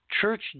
church